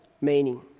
meaning